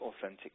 authentic